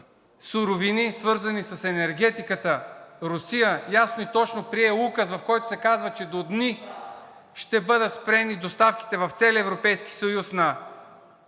суровини, свързани с енергетиката – Русия, ясно и точно прие указ, в който се казва, че до дни ще бъдат спрени доставките в целия Европейски съюз на енергоносители,